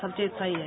सब चीज सही है